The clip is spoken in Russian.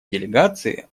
делегации